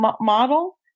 model